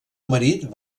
marit